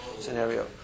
scenario